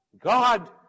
God